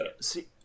see